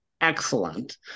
excellent